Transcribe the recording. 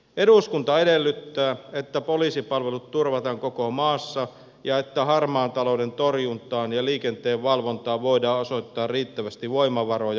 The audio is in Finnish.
eduskunta edellyttää että poliisipalvelut turvataan koko maassa ja että harmaan talouden torjuntaan ja liikenteen valvontaan voidaan osoittaa riittävästi voimavaroja